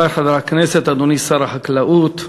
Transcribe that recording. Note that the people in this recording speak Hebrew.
חברי חברי הכנסת, אדוני שר החקלאות,